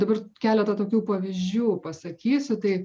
dabar keletą tokių pavyzdžių pasakysiu tai